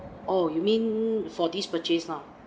oh you mean for this purchase lah